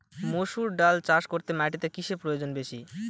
মুসুর ডাল চাষ করতে মাটিতে কিসে প্রয়োজন বেশী?